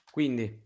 Quindi